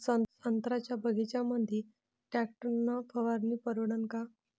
संत्र्याच्या बगीच्यामंदी टॅक्टर न फवारनी परवडन का?